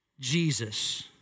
Jesus